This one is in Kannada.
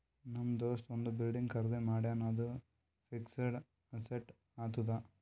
ನಮ್ ದೋಸ್ತ ಒಂದ್ ಬಿಲ್ಡಿಂಗ್ ಖರ್ದಿ ಮಾಡ್ಯಾನ್ ಅದು ಫಿಕ್ಸಡ್ ಅಸೆಟ್ ಆತ್ತುದ್